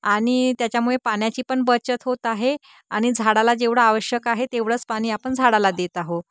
आणि त्याच्यामुळे पाण्याची पण बचत होत आहे आणि झाडाला जेवढं आवश्यक आहे तेवढंच पाणी आपण झाडाला देत आहोत